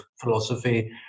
philosophy